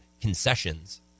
concessions